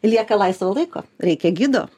lieka laisvo laiko reikia gido